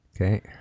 Okay